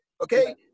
okay